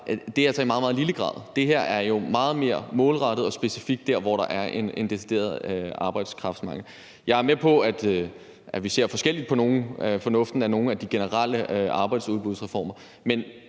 er i meget, meget lille grad, mens det her jo er meget mere specifikt målrettet de steder, hvor der er en decideret arbejdskraftmangel. Jeg er med på, at vi ser forskelligt på fornuften i nogle af de generelle arbejdsudbudsreformer,